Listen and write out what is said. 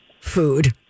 food